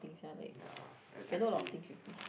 yea exactly